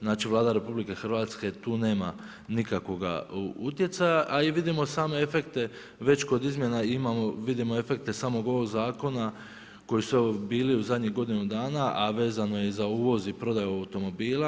Znači Vlada RH tu nema nikakvoga utjecaja, a i vidimo same efekte već kod izmjena vidimo efekte samog ovog zakona koji su bili u zadnjih godinu dana, a vezano je i za uvoz i prodaju automobila.